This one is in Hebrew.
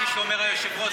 כפי שאומר היושב-ראש,